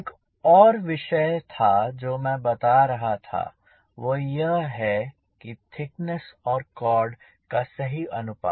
एक और विषय था जो मैं बता रहा था वह है यह थिकनेस और कॉर्ड का सही अनुपात